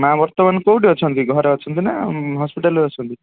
ମାଆ ବର୍ତ୍ତମାନ କୋଉଠି ଅଛନ୍ତି ଘରେ ଅଛନ୍ତି ନା ହସ୍ପିଟାଲରେ ଅଛନ୍ତି